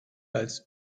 als